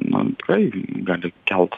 na tikrai gali kelt